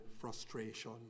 frustration